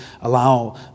allow